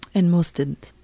and most did.